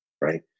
right